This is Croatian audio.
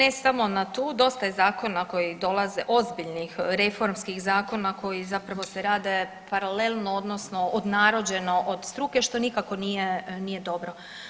I ne samo na tu, dosta je zakona koji dolaze ozbiljni reformskih zakona koji zapravo se rade paralelno odnosno odnarođeno od struke što nikako nije dobro.